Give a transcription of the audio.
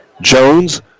Jones